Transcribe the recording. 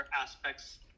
aspects